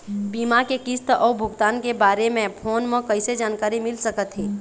बीमा के किस्त अऊ भुगतान के बारे मे फोन म कइसे जानकारी मिल सकत हे?